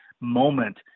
moment